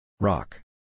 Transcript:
Rock